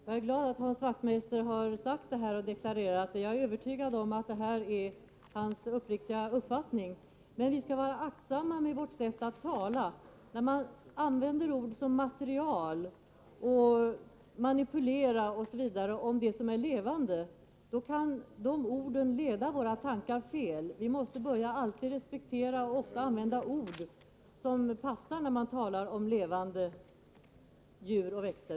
Herr talman! Jag är glad åt Hans Wachtmeisters deklaration, och jag är övertygad om att det han sade är hans uppriktiga uppfattning. Men vi skall vara aktsamma med vårt sätt att tala. När man använder ord som material, manipulera osv. om det som är levande, då kan de orden leda våra tankar fel. Vi måste börja att också använda ord som passar när man talar om levande djur och växter.